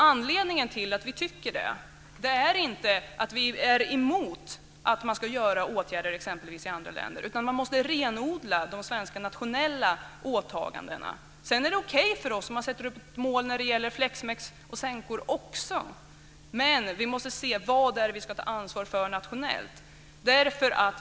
Anledningen till att vi tycker det är inte att vi är emot att man ska vidta åtgärder exempelvis i andra länder, men man måste renodla de svenska nationella åtagandena. Sedan är det okej för oss om man sätter upp ett mål när det gäller flexmex och sänkor också, men vi måste se vad det är vi ska ta ansvar för nationellt.